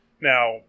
Now